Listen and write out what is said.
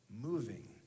moving